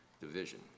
division